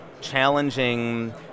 challenging